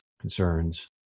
Concerns